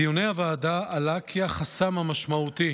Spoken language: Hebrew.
בדיוני הוועדה עלה כי החסם המשמעותי